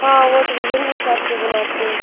हाँ वो तो वज़न के हिसाब से बनाते हैं